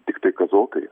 tiktai kazokai